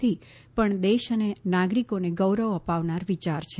નથી પણ દેશ અને નાગરિકોને ગૌરવ અપાવનાર વિયાર છે